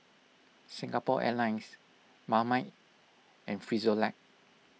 Singapore Airlines Marmite and Frisolac